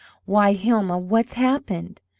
why, hilma, what's happened?